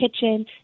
kitchen